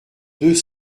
deux